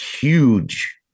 huge